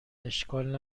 اشکال